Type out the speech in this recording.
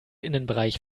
innenbereich